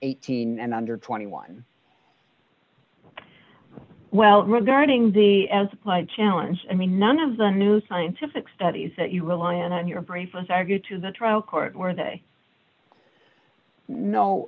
eighteen and under twenty one well regarding the as my challenge i mean none of the new scientific studies that you rely in in your brief was argued to the trial court where they no